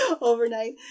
overnight